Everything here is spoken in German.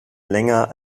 länger